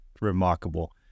remarkable